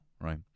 right